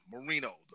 Marino